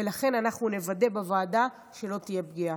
ולכן אנחנו נוודא בוועדה שלא תהיה פגיעה.